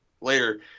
later